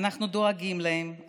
אנחנו דואגים להם,